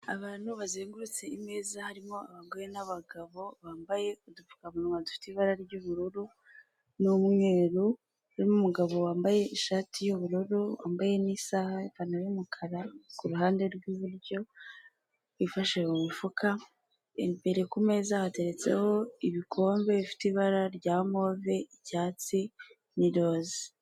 Umugabo w'imisatsi migufiya w'inzobe ufite ubwanwa bwo hejuru wambaye umupira wo kwifubika urimo amabara atandukanye ubururu, umweru n'umukara wambariyemo ishati, araburanishwa.